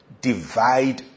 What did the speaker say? divide